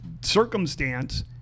circumstance